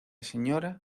señora